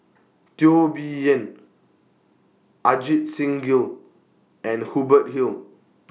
Teo Bee Yen Ajit Singh Gill and Hubert Hill